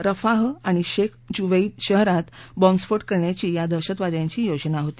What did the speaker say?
Rafah आणि Sheikh Zuweid शहरात बॉम्बस्फोट करण्याची या दहशतवाद्यांची योजना होती